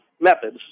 methods